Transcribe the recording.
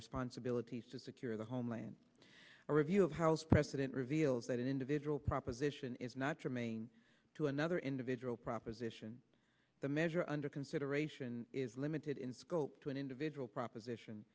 responsibilities to secure the homeland or review of house president reveals that an individual proposition is not germane to another individual proposition the measure under consideration is limited in scope to an individual proposition